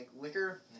liquor